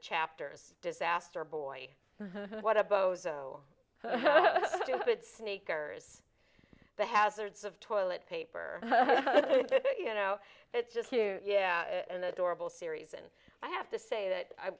chapters disaster boy what a bozo the good sneakers the hazards of toilet paper you know it's just too yeah an adorable series and i have to say that i